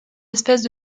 espèces